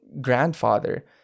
grandfather